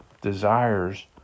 desires